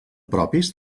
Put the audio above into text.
propis